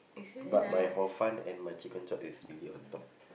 but my hor-fun and my chicken chop is really on top